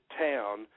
town